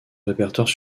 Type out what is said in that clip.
répertoire